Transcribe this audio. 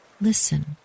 listen